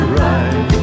right